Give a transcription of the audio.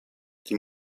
die